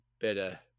better